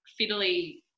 fiddly